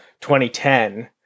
2010